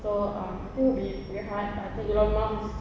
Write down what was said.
so um I think it will be very hard but I think it